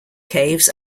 caves